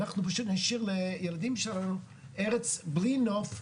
אנחנו פשוט נשאיר לילדים שלנו ארץ בלי נוף,